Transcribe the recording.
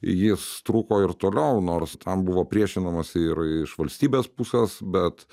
jis truko ir toliau nors ten buvo priešinamasi ir iš valstybės pusės bet